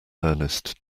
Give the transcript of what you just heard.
ernest